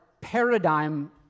paradigm